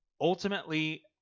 ultimately